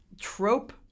trope